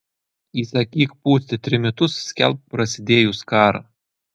įsakyk pūsti trimitus skelbk prasidėjus karą